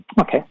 okay